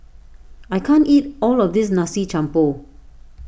I can't eat all of this Nasi Campur